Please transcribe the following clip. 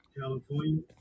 California